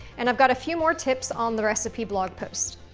and i've got a few more tips on the recipe blog post.